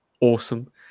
Awesome